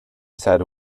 said